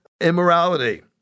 immorality